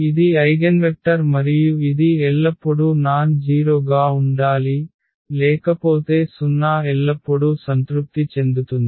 ఇది ఐగెన్వెక్టర్ మరియు ఇది ఎల్లప్పుడూ నాన్ జీరొ గా ఉండాలి లేకపోతే 0 ఎల్లప్పుడూ సంతృప్తి చెందుతుంది